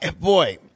boy